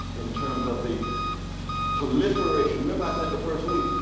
in terms of the proliferation, remember i said the first week,